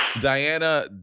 Diana